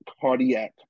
cardiac